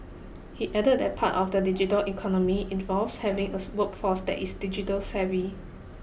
he added that part of the digital economy involves having us workforce that is digitally savvy